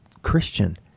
Christian